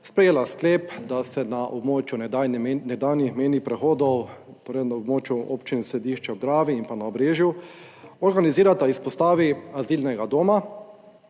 sprejela sklep, da se na območju nedavnih mejnih prehodov, torej na območju občine Središče ob Dravi in pa na Obrežju organizirata izpostavi azilnega doma,